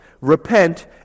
Repent